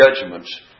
judgments